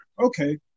Okay